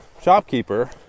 shopkeeper